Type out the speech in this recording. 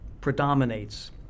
predominates